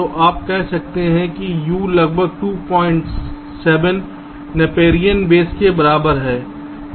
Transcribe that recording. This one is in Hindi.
तो आप कह सकते हैं कि U लगभग 27 के नैपेरियन बेस के बराबर है